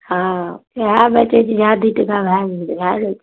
हँ इएह बैचै छिए जएह दुइ टका भए गेलै भए जाए छै